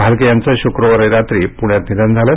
भालके यांचं शुक्रवारी रात्री पुण्यात निधन झालं